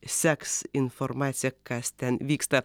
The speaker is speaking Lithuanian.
seks informaciją kas ten vyksta